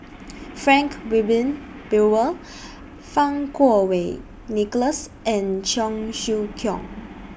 Frank Wilmin Brewer Fang Kuo Wei Nicholas and Cheong Siew Keong